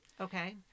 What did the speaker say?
Okay